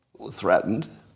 threatened